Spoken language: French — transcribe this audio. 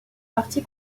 parti